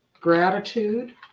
gratitude